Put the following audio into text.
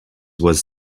was